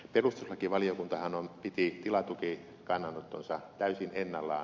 perustuslakivaliokuntahan piti tilatukikannanottonsa täysin ennallaan